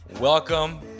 Welcome